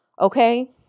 Okay